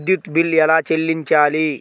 విద్యుత్ బిల్ ఎలా చెల్లించాలి?